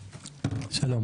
שלום,